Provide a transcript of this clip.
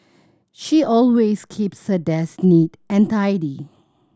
she always keeps her desk neat and tidy